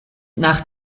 nach